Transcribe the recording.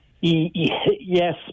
Yes